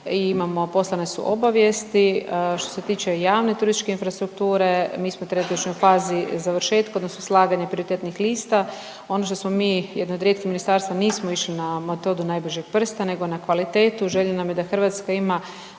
imamo, poslane su obavijesti. Što se tiče javne turističke infrastrukture, mi smo trenutačno u fazi završetka, odnosno slaganja prioritetnih lista. Ono što smo mi jedno od rijetkih ministarstva, nismo išli na metodu najbržeg prsta nego na kvalitetu. Želja nam je da Hrvatska ima